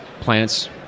plants